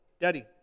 Daddy